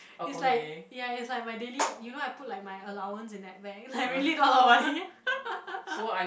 is like ya is like my daily you know I put like my allowance in that bank like really not a lot of money